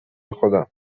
خودم